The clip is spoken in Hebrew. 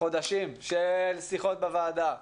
חודשים, של שיחות בוועדה,